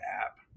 app